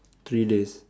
three days